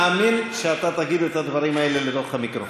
מאמין שאתה תגיד את הדברים האלה לתוך המיקרופון.